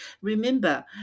Remember